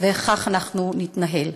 וכך אנחנו נתנהל.